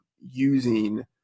using